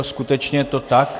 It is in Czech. Skutečně je to tak.